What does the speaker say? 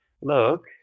look